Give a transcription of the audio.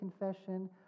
confession